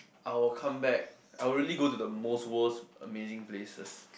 I will come back I will really go to the world's most amazing places